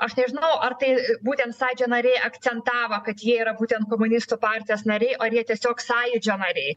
aš nežinau ar tai būtent sąjūdžio nariai akcentavo kad jie yra būtent komunistų partijos nariai ar jie tiesiog sąjūdžio nariai